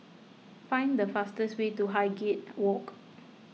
find the fastest way to Highgate Walk